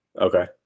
Okay